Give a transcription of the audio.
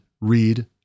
read